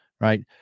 right